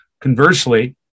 Conversely